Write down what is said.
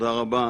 תודה רבה